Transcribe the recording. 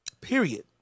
Period